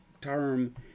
term